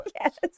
Yes